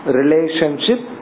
relationship